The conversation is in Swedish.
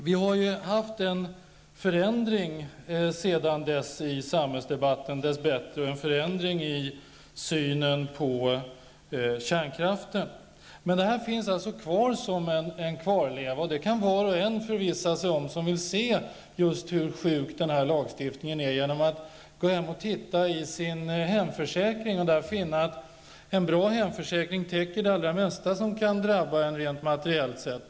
Vi har ju dess bättre haft en förändring i samhällsdebatten sedan dess och även en förändring i synen på kärnkraften. Men detta finns alltså kvar som en kvarleva. Det kan var och en som vill se hur sjuk den här lagstiftningen är förvissa sig om, genom att gå hem och titta i sin hemförsäkring. Där kan man finna att en bra hemförsäkring täcker det allra mesta som kan drabba en rent materiellt sett.